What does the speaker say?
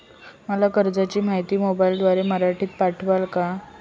मला कर्जाची माहिती मोबाईलवर मराठीत पाठवता का?